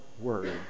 Word